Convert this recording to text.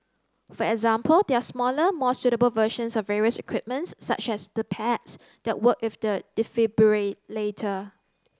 for example there are smaller more suitable versions of various equipment such as the pads that work with the defibrillator